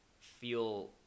feel